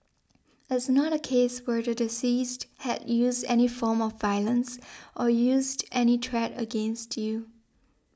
it's not a case where the deceased had used any form of violence or used any threat against you